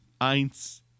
eins